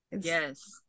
Yes